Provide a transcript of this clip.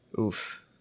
Oof